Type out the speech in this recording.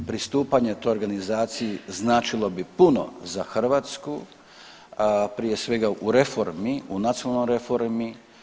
Pristupanje toj organizaciji značilo bi puno za Hrvatsku prije svega u reformi u nacionalnoj reformi.